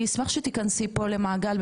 אני אשמח שתכנסי פה למעגל,